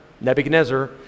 Nebuchadnezzar